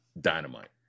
dynamite